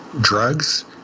drugs